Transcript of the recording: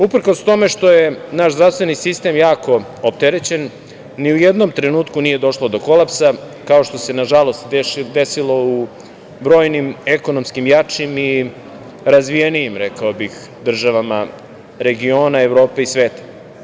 Uprkos tome što je naš zdravstveni sistem jako opterećen, ni u jednom trenutku nije došlo do kolapsa, kao što se nažalost desilo u brojnim ekonomskim, jačim i razvijenim, rekao bih, državama, regiona Evrope i sveta.